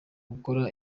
gukora